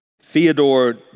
Fyodor